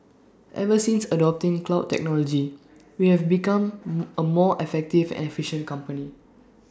ever since adopting cloud technology we have become A more effective and efficient company